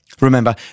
Remember